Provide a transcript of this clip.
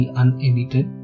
unedited